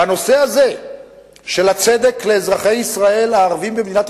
בנושא הזה של הצדק לאזרחי ישראל הערבים במדינת